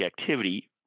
activity